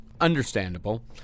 Understandable